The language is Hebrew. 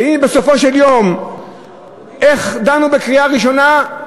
והנה, בסופו של יום, איך דנו בקריאה ראשונה: